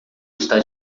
está